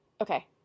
Okay